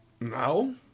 No